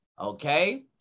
Okay